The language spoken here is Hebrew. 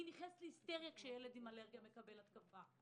היא נכנסת להיסטריה כשילד עם אלרגיה מקבל התקפה.